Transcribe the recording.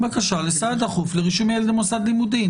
בקשה לסעד דחוף לרישום ילד למוסד לימודים.